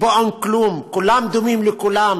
שבו אין כלום, כולם דומים לכולם,